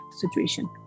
situation